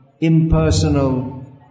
impersonal